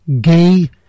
Gay